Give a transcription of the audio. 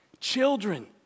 Children